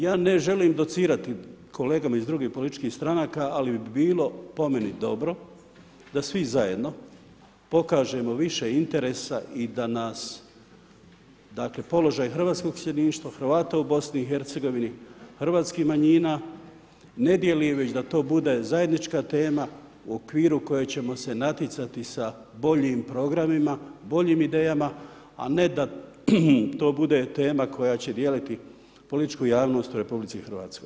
Ja ne želim docirati kolegama iz drugih političkih stranaka ali bi bilo po meni dobro da svi zajedno pokažemo više interesa i da nas dakle položaj hrvatskog iseljeništva, Hrvata u BiH-a, hrvatskih manjina ne dijeli već da to bude zajednička tema u okviru koje ćemo se natjecati sa boljim programima, boljim idejama a ne da to bude tema koja će dijeliti političku javnost u RH.